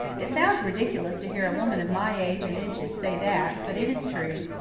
it sounds ridiculous to hear a woman of my age and inches say that, but it is true.